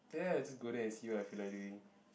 there I just go there and see what I feel like doing